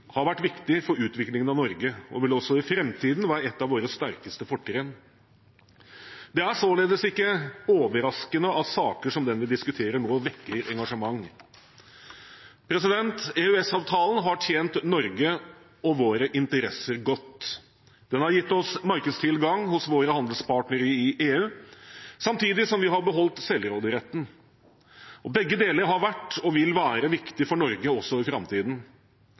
har vært viktig for utviklingen av Norge og vil også i framtiden være et av våre sterkeste fortrinn. Det er således ikke overraskende at saker som den vi diskuterer nå, vekker engasjement. EØS-avtalen har tjent Norge og våre interesser godt. Den har gitt oss markedstilgang hos våre handelspartnere i EU, samtidig som vi har beholdt selvråderetten. Begge deler har vært og vil være viktig for Norge også i framtiden.